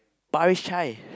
Parish-Chai